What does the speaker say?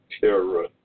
terror